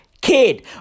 kid